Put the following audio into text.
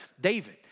David